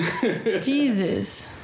Jesus